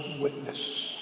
witness